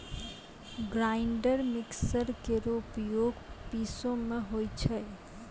grinder mixer केरो उपयोग पिसै म होय छै